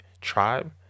tribe